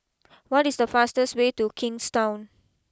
what is the fastest way to Kingstown